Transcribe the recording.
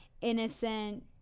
innocent